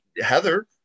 Heather